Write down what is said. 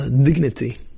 dignity